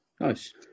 Nice